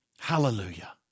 Hallelujah